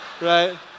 Right